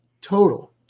total